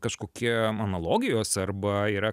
kažkokie analogijos arba yra